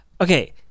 Okay